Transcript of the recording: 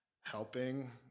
helping